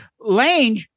Lange